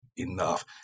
enough